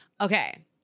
Okay